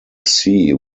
sea